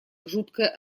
жуткое